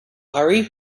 hurry